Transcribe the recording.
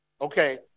Okay